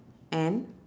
and